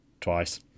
Twice